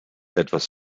etwas